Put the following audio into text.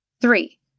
Three